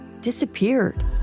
disappeared